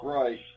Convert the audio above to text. right